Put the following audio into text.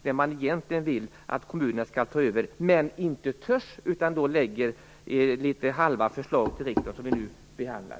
Det man egentligen vill är att kommunerna skall ta över, men eftersom man inte törs genomföra detta lägger man fram de litet halvhjärtade förslag till riksdagen som vi nu behandlar.